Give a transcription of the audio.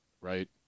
right